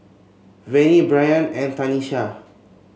Vennie Brayan and Tanisha